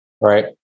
right